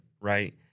right